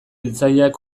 hiltzaileak